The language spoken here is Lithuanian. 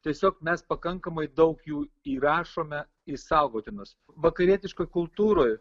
tiesiog mes pakankamai daug jų įrašome į saugotinus vakarietiškoj kultūroj